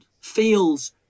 feels